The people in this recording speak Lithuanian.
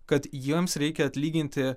kad jiems reikia atlyginti